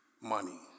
money